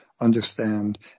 understand